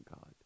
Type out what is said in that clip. God